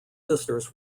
sisters